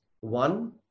One